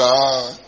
God